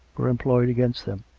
were employed against them.